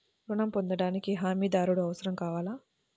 ఋణం పొందటానికి హమీదారుడు అవసరం కావాలా?